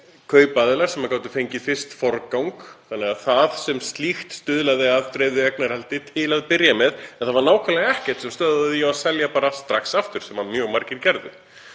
kaupaðilar sem gátu fengið forgang og það sem slíkt stuðlaði að dreifðu eignarhaldi til að byrja með. En það var nákvæmlega ekkert sem stöðvaði þá í að selja bara strax aftur, sem mjög margir gerðu.